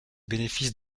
bénéfice